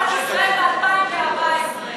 הרצל מתהפך בקברו מה, למדינת ישראל ב-2014.